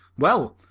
well,